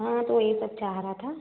हाँ तो यही सब चाह रहा था